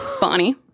Bonnie